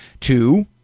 two